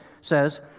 says